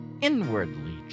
inwardly